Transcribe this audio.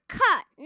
cut